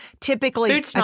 typically